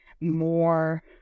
more